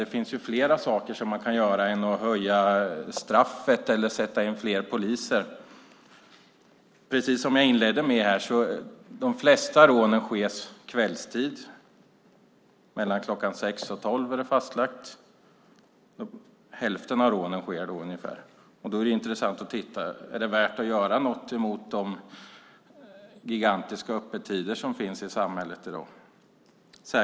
Det finns flera saker som man kan göra än att höja straffet eller sätta in fler poliser. Precis som jag inledde med att säga sker de flesta rånen kvällstid, ungefär hälften av rånen mellan kl. 18 och 24. Då är det intressant att titta på om det är värt att göra något åt de gigantiska öppettiderna i samhället i dag.